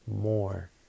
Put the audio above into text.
more